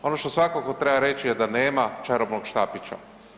Ono što svakako treba reći je da nema čarobnog štapića.